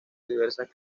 diversas